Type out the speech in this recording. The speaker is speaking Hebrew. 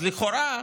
אז לכאורה,